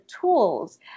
tools